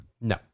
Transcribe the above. No